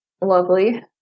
lovely